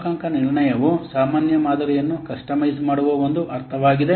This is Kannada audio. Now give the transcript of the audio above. ಮಾಪನಾಂಕ ನಿರ್ಣಯವು ಸಾಮಾನ್ಯ ಮಾದರಿಯನ್ನು ಕಸ್ಟಮೈಸ್ ಮಾಡುವ ಒಂದು ಅರ್ಥವಾಗಿದೆ